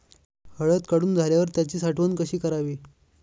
हळद काढून झाल्यावर त्याची साठवण कशी करावी?